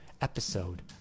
episode